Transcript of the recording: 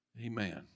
Amen